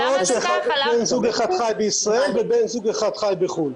מאות שבן זוג אחד חי בישראל ובן זוג אחד חי בחו"ל.